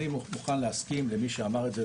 אני מוכן להסכים למי שאמר את זה,